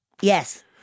yes